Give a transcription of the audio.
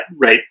right